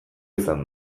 izan